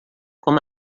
com